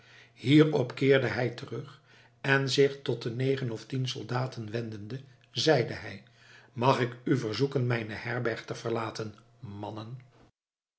hierop keerde hij terug en zich tot de negen of tien soldaten wendende zeide hij mag ik u verzoeken mijne herberg te verlaten mannen